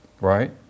right